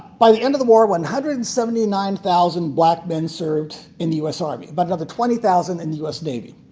by the end of the war one hundred and seventy nine thousand black men served in the u s. army, about but another twenty thousand in the u s. navy.